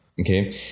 okay